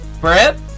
Brett